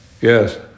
Yes